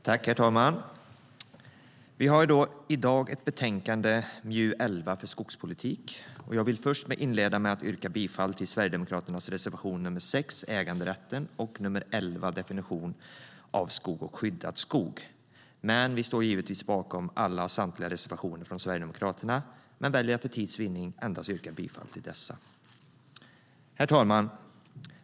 Herr talman! Vi debatterar i dag betänkandet MJU11 SkogspolitikHerr talman!